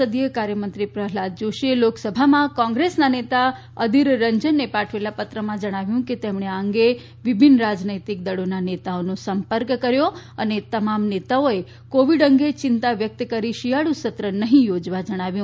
સંસદીય કાર્યમંત્રી પ્રહલાદ જોશીએ લોકસભામાં કોંગ્રેસના નેતા અધીર રંજનને પાઠવેલા પત્રમાં જણાવ્યું છે કે તેમણે આ અંગે વિભિન્ન રાજનીતીક દળોના નેતાઓનો સંપર્ક કર્યો અને તમામ નેતાઓએ કોવિડ અંગે ચિંતા વ્યકત કરી શિયાળુ સત્ર નહી યોજવા જણાવ્યું